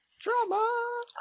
Drama